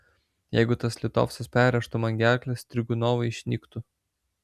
jeigu tas litovcas perrėžtų man gerklę strigunovai išnyktų